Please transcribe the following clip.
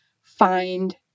Find